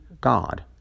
God